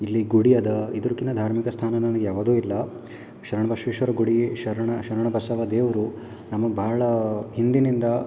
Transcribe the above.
ಇಲ್ಲಿ ಗುಡಿ ಅದು ಇದ್ರಕ್ಕಿಂತ ಧಾರ್ಮಿಕ ಸ್ಥಾನ ನನಗೆ ಯಾವದೂ ಇಲ್ಲ ಶರಣು ಬಸವೇಶ್ವರರ ಗುಡಿ ಶರಣ ಶರಣು ಬಸವ ದೇವರು ನಮ್ಗೆ ಭಾಳ ಹಿಂದಿನಿಂದ